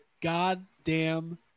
goddamn